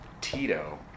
Tito